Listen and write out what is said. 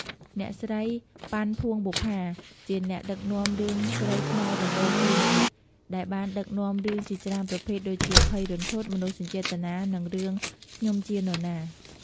អ្នកស្រី ប៉ាន់ ភួងបុប្ផា ជាអ្នកដឹកនាំរឿងស្រីខ្មែរដំបូងគេម្នាក់ ដែលបានដឹកនាំរឿងជាច្រើនប្រភេទដូចជា ភ័យរន្ធត់ មនោសញ្ចេតនា និងរឿង "ខ្ញុំជានណា?"។